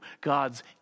God's